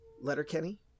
Letterkenny